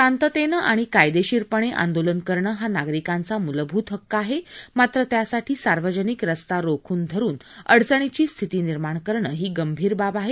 शांततेनं आणि कायदेशीरपणे आंदोलन करणं हा नागरिकांचा मूलभूत हक्क आहे मात्र त्यासाठी सार्वजनिक स्स्ता रोखून धरुन अडचणीची स्थिती निर्माण करण ही गंभीर बाब आहे